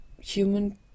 human